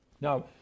Now